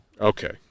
Okay